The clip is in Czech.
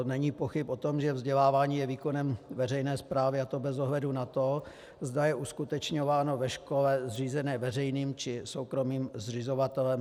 Není pochyb o tom, že vzdělávání je výkonem veřejné správy, a to bez ohledu na to, zda je uskutečňováno ve škole zřízené veřejným, či soukromým zřizovatelem.